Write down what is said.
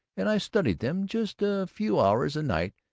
and i studied them just a few hours a night,